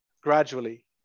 gradually